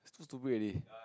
too stupid already